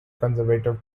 conservative